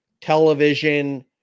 television